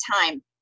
time